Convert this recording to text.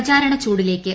പ്രചാരണ ചൂടിലേക്ക്